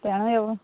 ତେଣୁ ଏବଂ